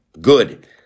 Good